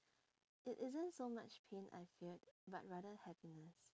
it isn't so much pain I feared but rather happiness